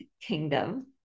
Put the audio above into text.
kingdom